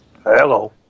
Hello